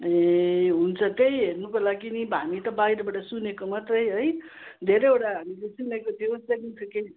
ए हुन्छ त्यही हेर्नुको लागि पनि हामी त बाहिरबाट सुनेको मात्र है धेरैवटा हामीले सुनेको थियौँ सिग्निफिकेन्स